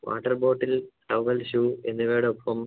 water bottle towel shoe എന്നിവയോടൊപ്പം